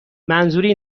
منظوری